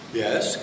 yes